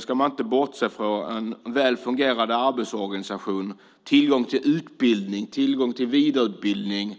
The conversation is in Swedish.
ska inte bortse från ett gott partssamarbete, en väl fungerande arbetsorganisation, tillgång till utbildning och tillgång till vidareutbildning.